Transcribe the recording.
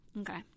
Okay